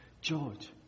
George